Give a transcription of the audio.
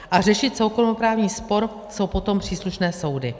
A řešit soukromoprávní spor jsou potom příslušné soudy.